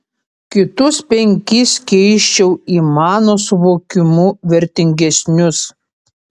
kitus penkis keisčiau į mano suvokimu vertingesnius